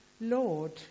Lord